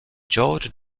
george